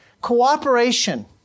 Cooperation